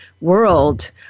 world